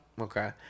Okay